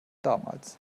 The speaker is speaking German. damals